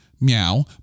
meow